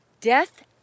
Death